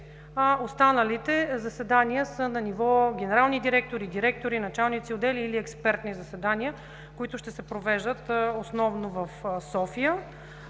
останалите заседания са на ниво генерални директори, директори, началник-отдели или експертни заседания, които ще се провеждат основно в София.